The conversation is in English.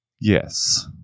Yes